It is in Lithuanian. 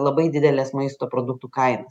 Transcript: labai dideles maisto produktų kainas